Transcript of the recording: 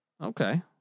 okay